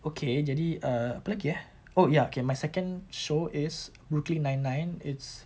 okay jadi err apa lagi eh oh ya okay my second show is brooklyn nine nine it's